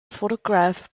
photograph